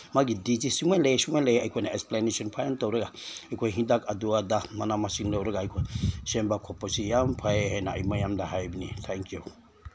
ꯃꯥꯒꯤ ꯗꯤꯖꯤꯖ ꯁꯨꯃꯥꯏꯅ ꯂꯩꯌꯦ ꯁꯨꯃꯥꯏꯅ ꯂꯩꯌꯦ ꯑꯩꯈꯣꯏꯅ ꯑꯦꯛꯁꯄ꯭ꯂꯦꯅꯦꯁꯟ ꯐꯖꯅ ꯇꯧꯔꯒ ꯑꯩꯈꯣꯏ ꯍꯤꯗꯥꯛ ꯑꯗꯨ ꯑꯗꯥ ꯃꯅꯥ ꯃꯁꯤꯡ ꯂꯧꯔꯒ ꯑꯩꯈꯣꯏ ꯁꯦꯝꯕ ꯈꯣꯠꯄꯁꯤ ꯌꯥꯝ ꯐꯩꯌꯦ ꯍꯥꯏꯅ ꯑꯩ ꯃꯌꯥꯝꯗ ꯍꯥꯏꯕꯅꯤ ꯊꯦꯡꯀ꯭ꯌꯨ